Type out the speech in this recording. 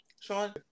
Sean